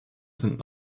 sind